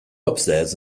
upstairs